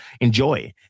enjoy